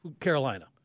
Carolina